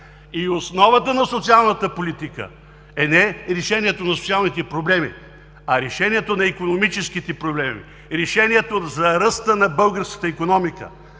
И основата на социалната политика не е решението на социалните проблеми, а решението на икономическите проблеми, решението за ръста на българската икономика